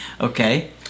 Okay